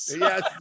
yes